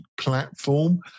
platform